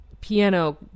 piano